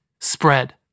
spread